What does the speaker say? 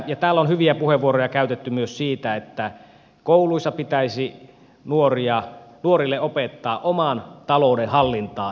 täällä on hyviä puheenvuoroja käytetty myös siitä että kouluissa pitäisi nuorille opettaa oman talouden hallintaa enemmän